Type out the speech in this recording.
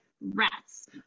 rats